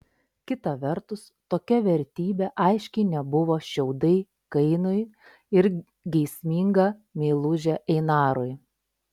kita vertus tokia vertybė aiškiai nebuvo šiaudai kainui ar geisminga meilužė einarui